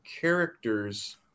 characters